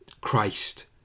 Christ